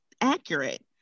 accurate